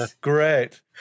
Great